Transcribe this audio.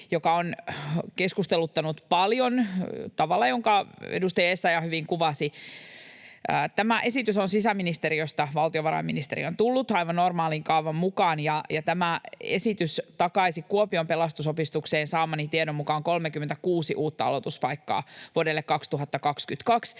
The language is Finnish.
joka on keskusteluttanut paljon tavalla, jonka edustaja Essayah hyvin kuvasi. Tämä esitys on sisäministeriöstä valtiovarainministeriöön tullut aivan normaalin kaavan mukaan, ja tämä esitys takaisi Kuopion Pelastusopistoon saamani tiedon mukaan 36 uutta aloituspaikkaa vuodelle 2022,